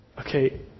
Okay